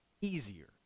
easier